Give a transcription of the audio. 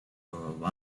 over